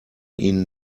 ihnen